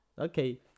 Okay